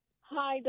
Hi